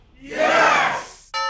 Yes